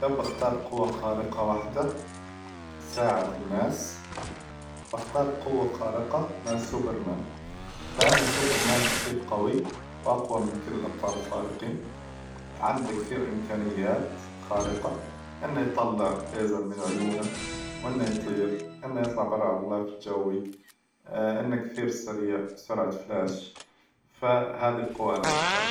لو باختار قوة خارقة واحدة تساعد الناس، باختار قوة خارقة مع سوبرمان لأن سوبرمان كثير قوي، وأقوى من كل الأبطال الخارقين، عنده كثير إمكانيات خارقة، إنه يطلع ليزر من عيونه، إنه يطير، إنه يطلع برة على الغلاف الجوي، إنه كثير سريع سرعة الفلاش، ف هذي القوة أنا باختار.